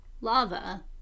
lava